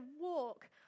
walk